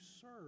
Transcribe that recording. serve